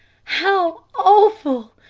how awful,